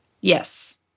Yes